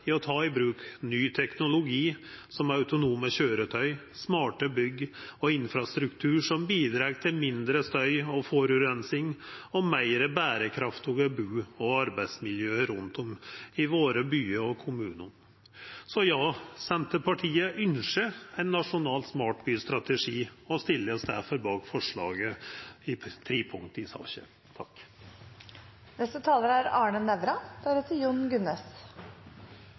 i å ta i bruk ny teknologi, som autonome køyretøy, smarte bygg og infrastruktur som bidreg til mindre støy og forureining, og meir berekraftige bu- og arbeidsmiljø rundt om i våre byar og kommunar. Så ja, Senterpartiet ynskjer ein nasjonal smartbystrategi og stiller seg derfor bak forslaget i tre punkt i saka.